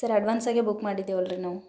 sir ಅಡ್ವಾನ್ಸಾಗೆ book ಮಾಡಿದ್ದೇವೆ ಅಲ್ರಿ ನಾವು